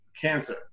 cancer